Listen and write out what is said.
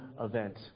event